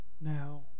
now